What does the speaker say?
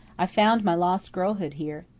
i've found my lost girlhood here.